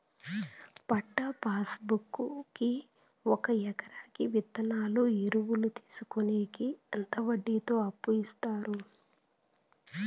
పట్టా passbook కి ఒక ఎకరాకి విత్తనాలు, ఎరువులు తీసుకొనేకి ఎంత వడ్డీతో అప్పు ఇస్తారు?